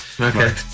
Okay